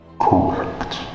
Correct